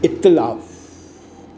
इख़्तिलाफ़ु